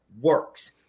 works